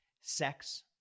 sex